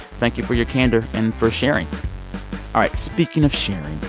thank you for your candor and for sharing all right, speaking of sharing,